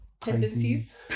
tendencies